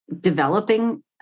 developing